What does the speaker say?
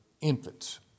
infants